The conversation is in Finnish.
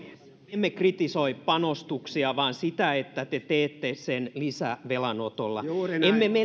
emme kritisoi panostuksia vaan sitä että te teette sen lisävelanotolla emme me